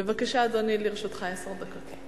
בבקשה, אדוני, לרשותך עשר דקות.